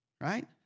right